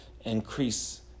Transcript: increase